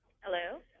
hello